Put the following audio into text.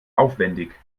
aufwendig